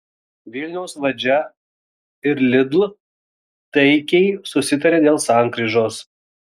vilniaus valdžia ir lidl taikiai susitarė dėl sankryžos